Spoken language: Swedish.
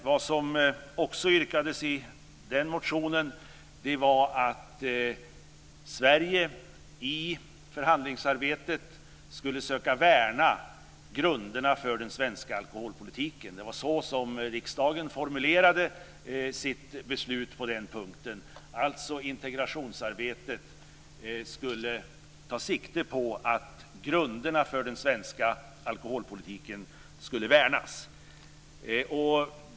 I motionen yrkades också att Sverige i förhandlingsarbetet skulle söka värna grunderna för den svenska alkoholpolitiken. Det var så riksdagen formulerade sitt beslut på den punkten. Integrationsarbetet skulle alltså ta sikte på att grunderna för den svenska alkoholpolitiken skulle värnas.